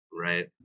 right